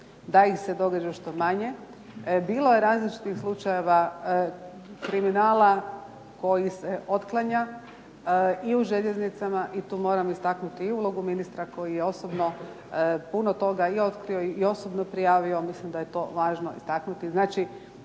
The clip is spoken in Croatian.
da ih se događa sve manje. Bilo je različitih slučajeva kriminala koji se otklanja i u željeznicama i tu moram istaknuti i ulogu ministra koji je osobno puno toga otkrio i osobno prijavio. Mislim da je to važno istaknuti.